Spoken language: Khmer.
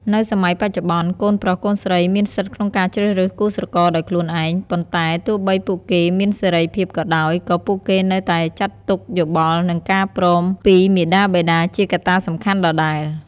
នៅសម័យបច្ចុប្បន្ន កូនប្រុសកូនស្រីមានសិទ្ធិក្នុងការជ្រើសរើសគូស្រករដោយខ្លួនឯង ប៉ុន្តែទោះបីពួកគេមានសេរីភាពក៏ដោយ ក៏ពួកគេនៅតែចាត់ទុក យោបល់ និងការព្រមពីមាតាបិតាជាកត្តាសំខាន់ដដែល។